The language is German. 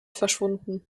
verschwunden